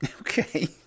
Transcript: Okay